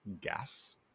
gas